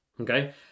okay